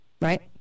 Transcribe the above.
right